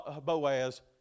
Boaz